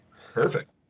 Perfect